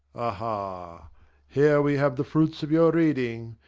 aha here we have the fruits of your reading.